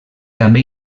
també